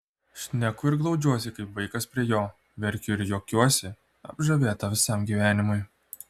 šneku ir glaudžiuosi kaip vaikas prie jo verkiu ir juokiuosi apžavėta visam gyvenimui